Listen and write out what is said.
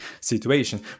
situation